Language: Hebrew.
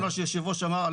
מה שהיו"ר אמר,